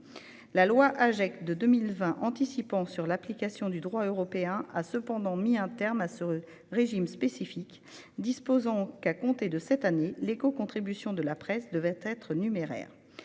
La loi Agec de 2020, en anticipant sur l'application du droit européen, a cependant mis un terme à ce régime spécifique en prévoyant qu'à compter de cette année l'écocontribution de la presse devait être numéraire.